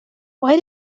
why